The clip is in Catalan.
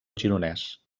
gironès